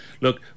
look